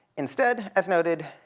instead, as noted,